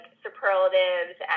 superlatives